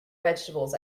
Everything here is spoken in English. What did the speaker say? vegetables